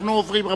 אנו עוברים,